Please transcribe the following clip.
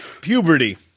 puberty